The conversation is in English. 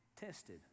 tested